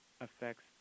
affects